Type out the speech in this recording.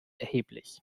erheblich